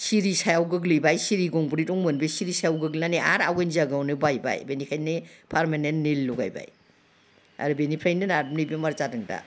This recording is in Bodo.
सिरि सायाव गोग्लैबाय सिरि गंब्रै दंमोन बे सिरि सायाव गोग्लैनानै आर आवगयनि जागायावनो बायबाय बेनिखायनो पारमानेन्ट नेइल लगायबाय आरो बिनिफ्रायनो नार्भनि बेमार जादोंदा